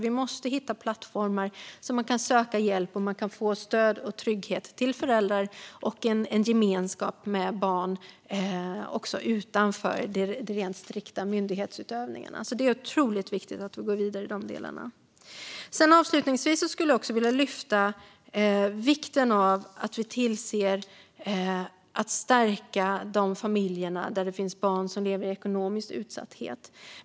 Vi måste hitta plattformar som gör att man kan söka hjälp och få stöd och trygghet för föräldrar och en gemenskap med barn även utanför den rent strikta myndighetsutövningen. Det är otroligt viktigt att vi går vidare i de delarna. Jag skulle också vilja lyfta vikten av att vi stärker de familjer där det finns barn som lever i ekonomisk utsatthet.